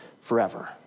forever